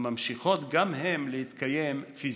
הממשיכות גם הן להתקיים פיזית.